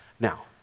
Now